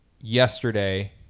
yesterday